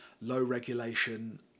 low-regulation